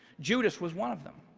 judas was one of them.